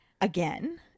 again